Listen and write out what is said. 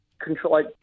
control